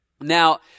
Now